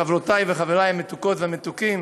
חברותי וחברי המתוקות והמתוקים